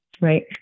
Right